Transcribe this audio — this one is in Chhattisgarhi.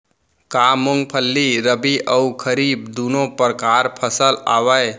का मूंगफली रबि अऊ खरीफ दूनो परकार फसल आवय?